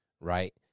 right